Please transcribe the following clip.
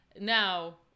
Now